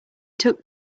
took